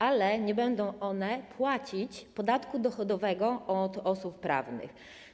Ale nie będą one płacić podatku dochodowego od osób prawnych.